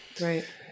Right